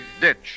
Ditch